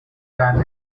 than